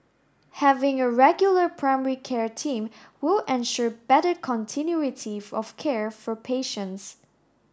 having a regular primary care team will ensure better continuity if of care for patients